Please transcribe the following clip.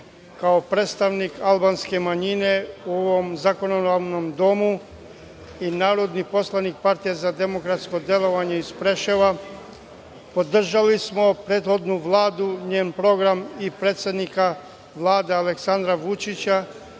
kao predstavnik albanske manjine u ovom zakonodavnom Domu i narodni poslanik Partije za demokratsko delovanje iz Preševa, podržali smo prethodnu Vladu, njen program i predsednika Vlade, Aleksandra Vučića,